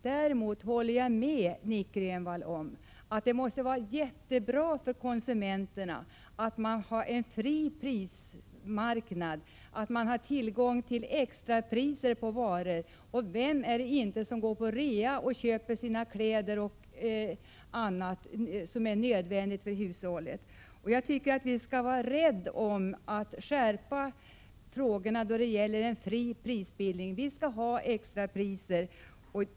Däremot håller jag med Nic Grönvall om att det måste vara mycket bra för konsumenterna att ha en fri prisbildning på marknaden och ha tillgång till extrapriser på varor. Och vem går inte på rea och köper sina kläder och annat som är nödvändigt för hushållet? Jag tycker vi skall vara försiktiga med att skärpa frågeställningarna då det gäller en fri prisbildning. Vi skall ha extrapriser.